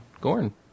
Gorn